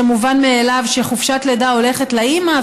מובן מאליו שחופשת לידה הולכת לאימא,